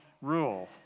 rule